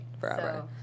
Forever